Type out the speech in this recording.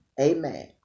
Amen